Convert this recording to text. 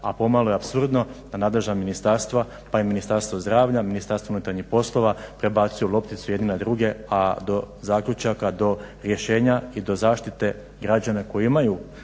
a pomalo je apsurdno da nadležna ministarstva, pa i Ministarstvo zdravlja, Ministarstvo unutarnjih poslova prebacuju lopticu jedni na druge, a do zaključaka, do rješenja i do zaštite građana koji imaju